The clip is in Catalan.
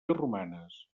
romanes